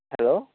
hello